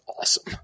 awesome